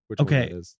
okay